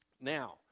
Now